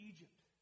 Egypt